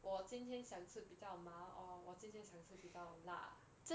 我今天想吃比较麻 or 我今天想吃比较辣